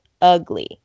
ugly